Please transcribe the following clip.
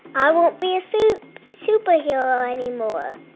i won't be a so superhero um anymore.